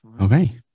Okay